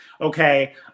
Okay